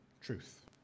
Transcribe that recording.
truth